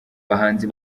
bahanzi